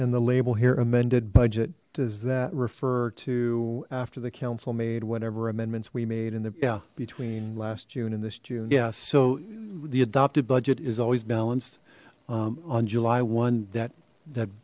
and the label here amended budget does that refer to after the council made whenever amendments we made in the death between last june and this june yes so the adopted budget is always balanced on july one that that